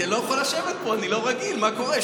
אני לא יכול לשבת פה, אני לא רגיל, מה קורה?